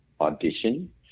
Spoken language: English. audition